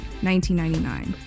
1999